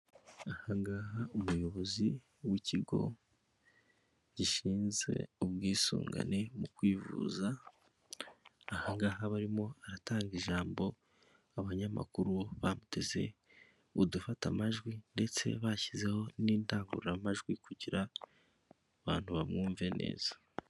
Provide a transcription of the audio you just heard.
Aha ngaha umuyobozi w'ikigo gishinze ubwisungane mu kwivuza, aha ngaha aba arimo aratanga ijambo abanyamakuru bamuteze udufata amajwi ndetse bashyizeho n'indangururamajwi kugira abantu bamwumve neza.